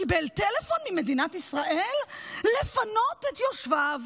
קיבל טלפון ממדינת ישראל לפנות את יושביו,